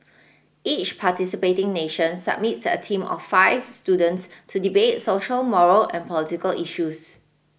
each participating nation submits a team of five students to debate social moral and political issues